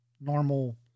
normal